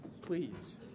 please